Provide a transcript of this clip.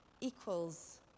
equals